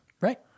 Right